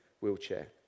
wheelchair